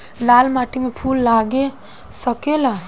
लाल माटी में फूल लाग सकेला?